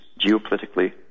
geopolitically